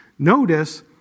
Notice